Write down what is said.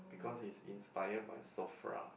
because is inspired by Sofra